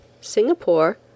Singapore